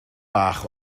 bach